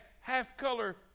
half-color